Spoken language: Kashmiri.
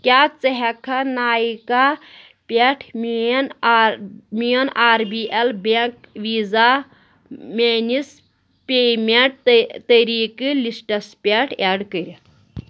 کیٛاہ ژٕ ہٮ۪کھا نایکا پٮ۪ٹھ مین آر مین R B L bank Visa میٲنِس پیمیٚنٹ طٔریٖقہٕ لِسٹَس پٮ۪ٹھ ایڈ کٔرِتھ؟